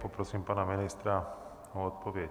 Poprosím pana ministra o odpověď.